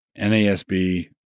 NASB